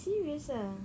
serious ah